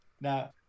now